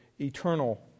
eternal